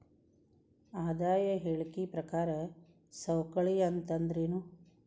ಆದಾಯ ಹೇಳಿಕಿ ಪ್ರಕಾರ ಸವಕಳಿ ಅಂತಂದ್ರೇನು?